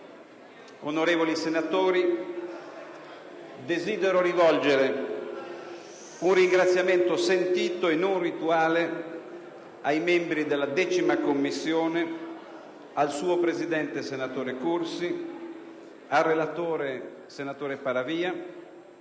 onorevoli senatori, desidero rivolgere un ringraziamento sentito e non rituale ai membri della 10a Commissione, al suo presidente, senatore Cursi, al relatore, senatore Paravia,